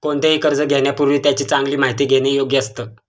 कोणतेही कर्ज घेण्यापूर्वी त्याची चांगली माहिती घेणे योग्य असतं